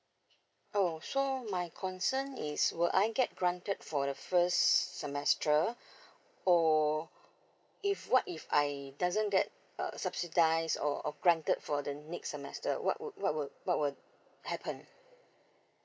oh so my concern is will I get granted for the first semester or if what if I doesn't get err subsidize or or granted for the next semester what would what would what would happen